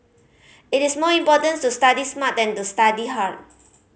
it is more important to study smart than to study hard